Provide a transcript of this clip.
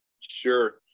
sure